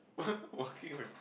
walking with